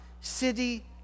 city